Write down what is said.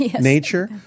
nature